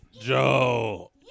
Joe